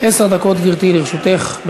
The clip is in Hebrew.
עשר דקות, גברתי, לרשותך.